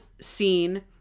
scene